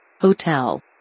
hotel